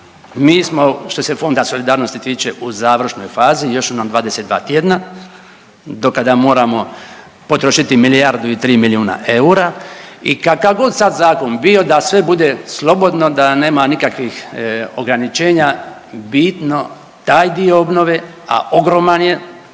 Mi smo što se Fonda solidarnosti tiče u završnoj fazi, još su nam 22 tjedna do kada moramo potrošiti milijardu i 3 milijuna eura i kakav god sad zakon bio da sve bude slobodno, da nema nikakvih ograničenja, bitno taj dio obnove, a ogroman je,